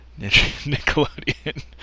Nickelodeon